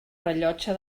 rellotge